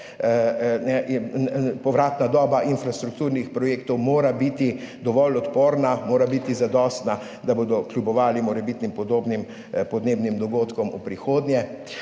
Povratna doba infrastrukturnih projektov, mora biti dovolj odporna, mora biti zadostna, da bodo kljubovali morebitnim podobnim podnebnim dogodkom v prihodnje.